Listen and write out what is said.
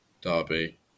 Derby